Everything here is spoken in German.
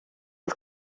das